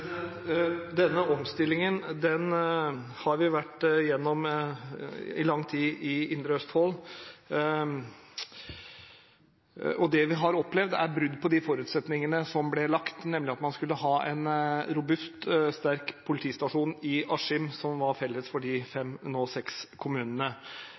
Denne omstillingen har vi i Indre Østfold vært igjennom i lang tid. Det vi har opplevd, er brudd på de forutsetningene som ble lagt, nemlig at man skulle ha en robust, sterk politistasjon i Askim, som var felles for de